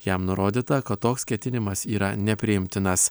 jam nurodyta kad toks ketinimas yra nepriimtinas